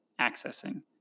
accessing